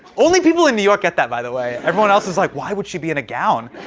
only people in new york get that, by the way. everyone else is, like, why would she be in a gown.